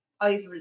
over